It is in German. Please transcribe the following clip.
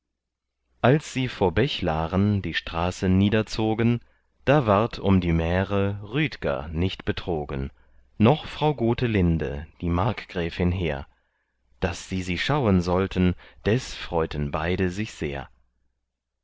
als sie vor bechlaren die straße niederzogen da ward um die märe rüdger nicht betrogen noch frau gotelinde die markgräfin hehr daß sie sie schauen sollten des freuten beide sich sehr